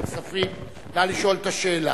הכספים, נא לשאול את השאלה.